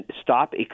stop